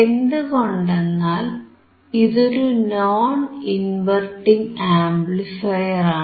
എന്തുകൊണ്ടെന്നാൽ ഇതൊരു non inverting ആംപ്ലിഫയറാണ്